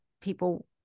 people